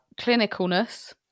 Clinicalness